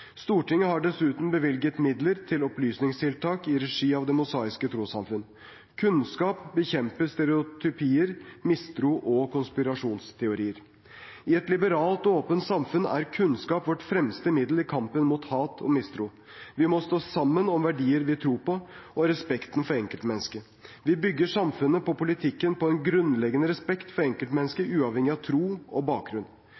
Stortinget har dessuten bevilget midler til opplysningstiltak i regi av Det Mosaiske Trossamfund. Kunnskap bekjemper stereotypier, mistro og konspirasjonsteorier. I et liberalt og åpent samfunn er kunnskap vårt fremste middel i kampen mot hat og mistro. Vi må stå sammen om verdiene vi tror på, og respekten for enkeltmennesket. Vi bygger samfunnet og politikken på en grunnleggende respekt for enkeltmennesket, uavhengig av tro og bakgrunn.